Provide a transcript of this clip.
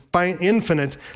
infinite